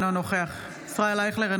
אינו נוכח ישראל אייכלר,